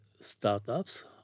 startups